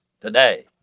today